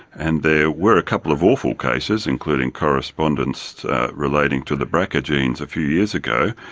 and there were a couple of awful cases, including correspondence relating to the brca genes a few years ago,